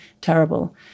terrible